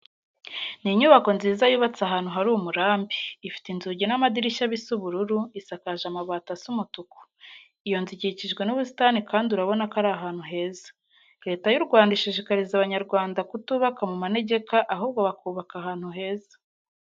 Ni inyubako nziza yubatse ahantu hari umurambi, ifite inzugi n'amadirishya bisa ubururu, isakaje amabati asa umutuku. Iyo nzu ikikijwe n'ubusitani kandi urubona ko iri ahantu heza. Leta y'u Rwanda ishishikariza Abanyarwanda kutubaka mu manegeka, ahubwo bakubaka ahantu heza.